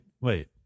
wait